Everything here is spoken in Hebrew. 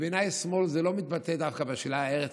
בעיניי שמאל זה לא מתבטא דווקא בשאלת ארץ